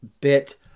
bit